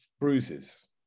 bruises